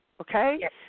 Okay